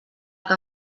que